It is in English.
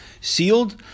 sealed